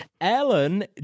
Ellen